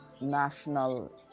national